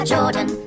Jordan